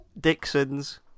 Dixon's